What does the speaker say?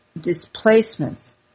displacements